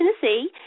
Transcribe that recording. Tennessee